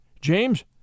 James